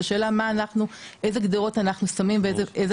והשאלה איזה גדרות אנחנו שמים ואיזה